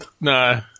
No